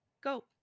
go